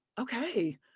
Okay